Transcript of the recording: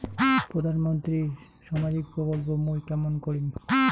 প্রধান মন্ত্রীর সামাজিক প্রকল্প মুই কেমন করিম?